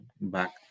back